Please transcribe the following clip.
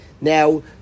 Now